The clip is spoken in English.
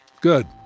good